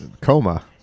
coma